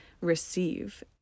receive